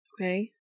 Okay